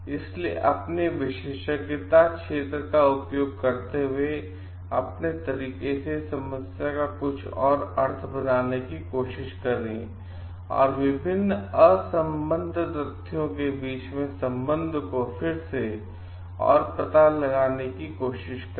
इसलिए अपने विशेषज्ञता क्षेत्र का और उपयोग करते हुए अपने तरीके से समस्या का कुछ और अर्थ बनाने की कोशिश करें और विभिन्न असंबद्ध तथ्यों के बीच संबंध को फिर से और पता करने की कोशिश करें